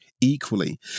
equally